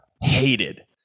hated